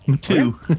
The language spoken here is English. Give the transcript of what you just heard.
Two